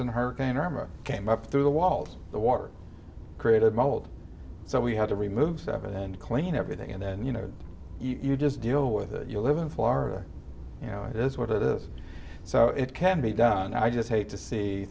in hurricane irma came up through the walls the water created mold so we had to remove seven and clean everything and then you know you just deal with your living for you know it is what it is so it can be done i just hate to see